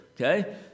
okay